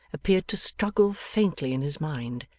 appeared to struggle faintly in his mind.